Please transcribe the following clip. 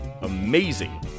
Amazing